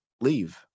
leave